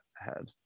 ahead